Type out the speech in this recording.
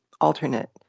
alternate